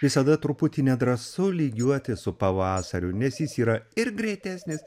visada truputį nedrąsu lygiuotis su pavasariu nes jis yra ir greitesnis